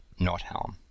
Nothelm